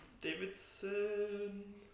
Davidson